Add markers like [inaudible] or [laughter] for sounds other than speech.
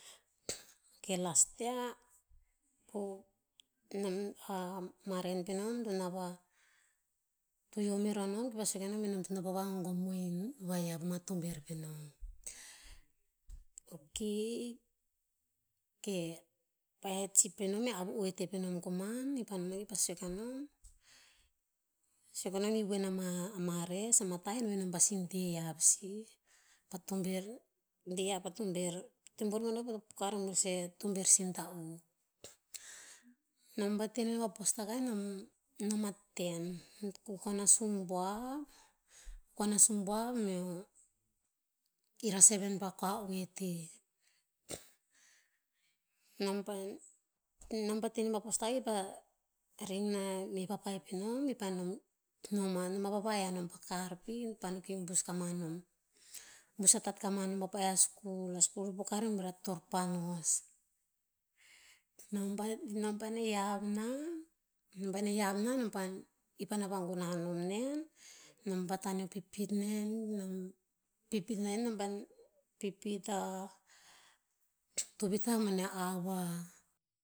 Ok, last year, [unintelligible] ma ren peh nom to nava, to yio mero a nom ki pah sue kanom be nom to noh pah vagogom mohin vahiav pah mah tober peh nom. Ok, ke, pa'eh a chief peh nom eh avu oete peh nom koman, i pah no mah ki sue kanom. Sue kanom i voen ama- ama res, ama tah en veh nom pasi de hiav sih. Pah tober, dia hiav pa tober. Tober boneh koe to pokah re buer sih a tober sinta um. Nom pah te nem pah postakah e nom- nom a ten. Kukon a subuar- kukon a subuar meo, ir a seven pa kua oeteh. Nom pa- nom pa teh nem pa postakah ki pah, ring na meh papai pe nom, i pah nom, noma- noma pa vahe a nom pa kar pih ki pah no ki bus kama nom. Bus atat ka nom pa pa'eh a school. School to poka re buer a torpanos. Nom paeh, nom paena hiav nah nom paena hiav nah nom pah, i paena vagunah a nom nen. Nom pa taneo pipit nen, nom [hesitation] pipit nen [hesitation] pipit a, tovih tah boneh a hour.